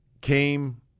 came